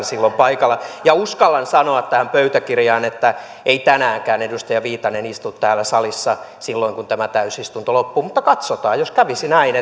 silloin paikalla ja uskallan sanoa tähän pöytäkirjaan että ei tänäänkään edustaja viitanen istu täällä salissa silloin kun tämä täysistunto loppuu mutta katsotaan jos kävisi näin